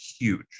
huge